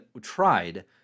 tried